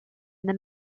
and